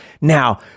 now